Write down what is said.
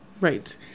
right